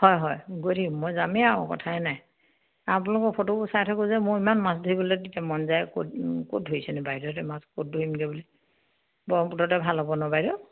হয় হয় গৈ থাকিম মই যামেই আৰু কথাই নাই আপোনালোকৰ ফটো চাই থাকোঁ যে মোৰ ইমান মাছ ধৰিবলে তেতিয়া মন যায় ক'ত ক'ত ধৰিছেনে বাইদেউহতে মাছ ক'ত ধৰিমগে বুলি ব্ৰহ্মপুত্ৰতে ভাল হ'ব ন বাইদেউ